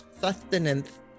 sustenance